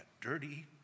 dirty